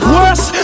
Worse